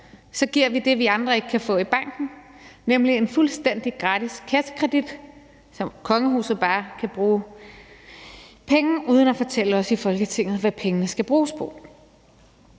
giver vi det, vi andre ikke kan få i banken, nemlig en fuldstændig gratis kassekredit, som kongehuset bare kan bruge uden at fortælle os i Folketinget, hvad pengene skal bruges på.